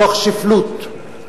תוך שפלוּת.